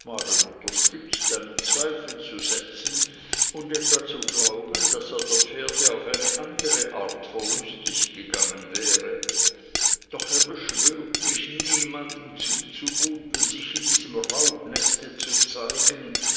unterstützt einen zweifel zu setzen und etwa zu glauben daß er der pferde auf eine andere art verlustig gegangen wäre doch er beschwört mich niemandem zuzumuten sich in diesem raubneste zu zeigen